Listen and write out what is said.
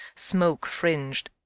smoke-fringed.